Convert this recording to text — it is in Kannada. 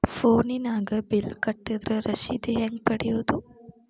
ಫೋನಿನಾಗ ಬಿಲ್ ಕಟ್ಟದ್ರ ರಶೇದಿ ಹೆಂಗ್ ಪಡೆಯೋದು?